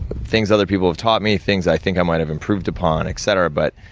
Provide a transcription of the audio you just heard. things other people have taught me, things i think i might have improved upon, etc. but,